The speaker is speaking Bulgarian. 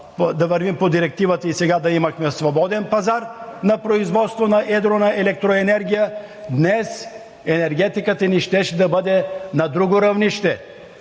да вървим по Директивата от 2003 г. и сега да имахме свободен пазар на производство на едро на електроенергия, днес енергетиката ни щеше да бъде на друго равнище.